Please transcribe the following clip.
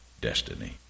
destiny